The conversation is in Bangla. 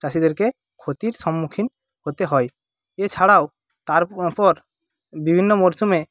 চাষিদেরকে ক্ষতির সম্মুখীন হতে হয় এছাড়াও তারপর বিভিন্ন মরশুমে